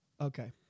Okay